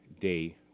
day